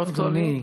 אדוני,